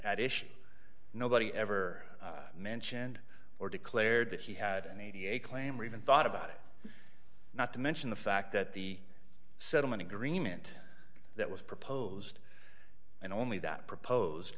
at issue nobody ever mentioned or declared that he had a claim or even thought about it not to mention the fact that the settlement agreement that was proposed and only that proposed